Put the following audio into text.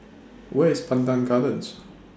Where IS Pandan Gardens